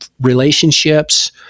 relationships